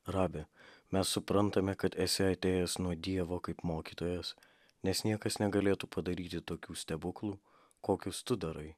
rabi mes suprantame kad esi atėjęs nuo dievo kaip mokytojas nes niekas negalėtų padaryti tokių stebuklų kokius tu darai